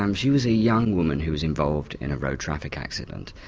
um she was a young woman who was involved in a road traffic accident.